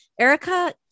Erica